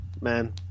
man